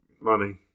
Money